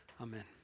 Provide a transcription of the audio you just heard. Amen